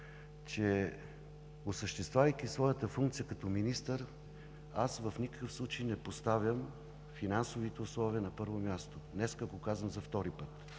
че осъществявайки своята функция като министър, в никакъв случай не поставям финансовите условия на първо място. Днес го казвам за втори път.